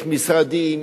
יש משרדים,